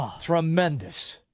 Tremendous